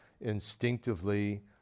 instinctively